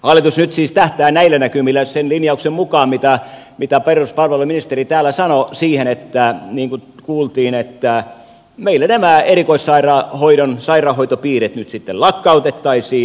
hallitus nyt siis tähtää näillä näkymillä sen linjauksen mukaan mitä peruspalveluministeri täällä sanoi niin kuin kuultiin siihen että meillä nämä erikoissairaanhoidon sairaanhoitopiirit nyt sitten lakkautettaisiin